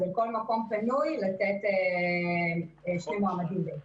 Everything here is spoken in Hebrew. אז על כל מקום פנוי לתת שני מועמדים בעצם.